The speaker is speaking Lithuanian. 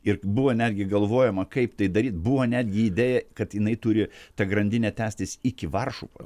ir buvo netgi galvojama kaip tai daryt buvo netgi idėja kad jinai turi ta grandinė tęstis iki varšuvos